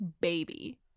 baby